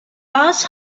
bass